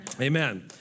Amen